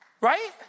Right